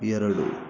ಎರಡು